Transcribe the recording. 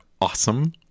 awesome